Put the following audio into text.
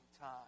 time